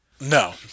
No